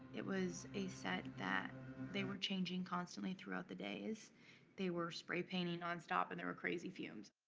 it was a set that they were changing constantly throughout the days they were spray-painting nonstop and there were crazy fumes. oh,